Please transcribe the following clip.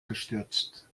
gestürzt